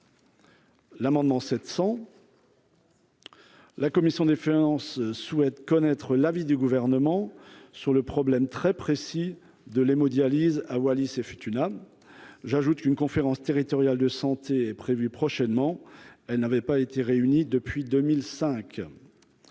L'amendement 700. La commission des finances souhaite connaître l'avis du gouvernement sur le problème très précis de l'hémodialyse à Wallis et Futuna, j'ajoute qu'une conférence territoriale de santé prévue prochainement, elle n'avait pas été réunis depuis 2005